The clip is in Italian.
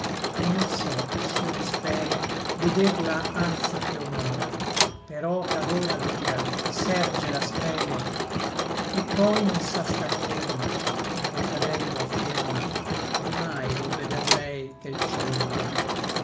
et non so s'io mi speri vederla anzi ch'io mora però ch'ad ora ad ora s'erge la speme et poi non sa star ferma ma ricadendo afferma di mai non veder lei che l ciel honora